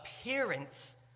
appearance